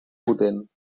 potent